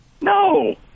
No